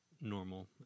normal